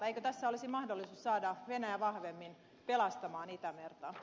eikö tässä olisi mahdollisuus saada venäjä vahvemmin pelastamaan itämerta